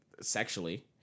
sexually